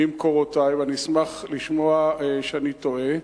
ממקורותי, ואני אשמח לשמוע שאני טועה,